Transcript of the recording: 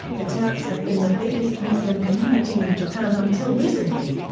the turks have been the biggest muslim community in japan until recently.